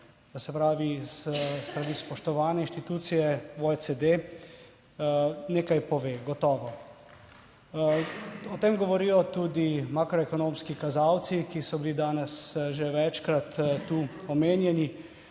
se pravi, s strani spoštovane inštitucije OECD nekaj pove gotovo. O tem govorijo tudi makroekonomski kazalci, ki so bili danes že večkrat tu omenjeni.